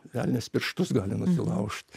velnias pirštus gali nusilaužt